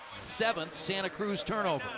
seventh santa cruz turnover.